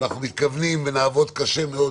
ובעזרת השם נעבוד קשה מאוד